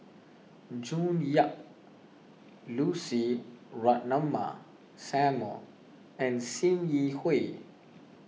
June Yap Lucy Ratnammah Samuel and Sim Yi Hui